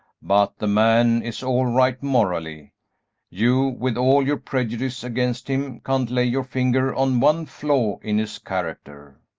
but the man is all right morally you, with all your prejudice against him, can't lay your finger on one flaw in his character.